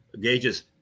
gauges